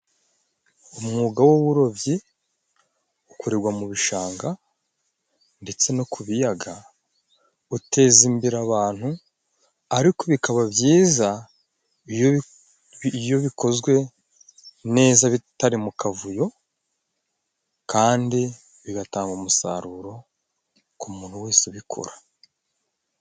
Umwuga w'uburobyi ukorerwa mu bishanga ndetse no ku biyaga, uteza imbere abantu. Ariko bikaba byiza iyo bikozwe neza bitari mu kavuyo kandi bigatanga umusaruro ku muntu wese ubikora.